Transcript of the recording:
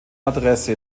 adresse